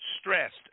Stressed